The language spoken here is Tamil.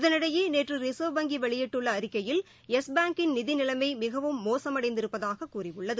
இதனிடையேநேற்றுசின்வ் வங்கிவெளியிட்டுள்ளஅறிக்கையில் யெஸ் பாங்கின் நிதிநிலைமைமிகவும் மோசமடைந்திருப்பதாககூறியுள்ளது